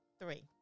three